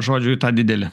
žodžiui į tą didelę